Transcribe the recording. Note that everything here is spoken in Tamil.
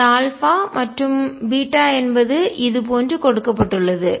இந்த மற்றும் என்பது இது போன்று கொடுக்கப்பட்டுள்ளது